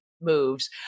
moves